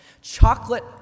Chocolate